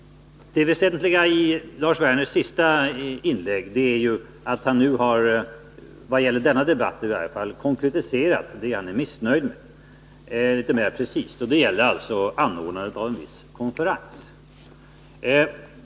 Det väsentliga i Lars Werners senaste inlägg är ju att han nu — i varje fall vad gäller denna debatt — har konkretiserat det han är missnöjd med mera precist. Det gäller alltså anordnandet av en viss konferens.